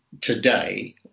today